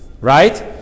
Right